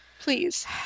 Please